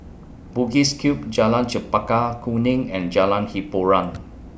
Bugis Cube Jalan Chempaka Kuning and Jalan Hiboran